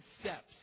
steps